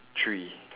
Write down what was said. three